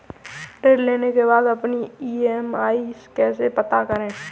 ऋण लेने के बाद अपनी ई.एम.आई कैसे पता करें?